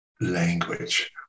language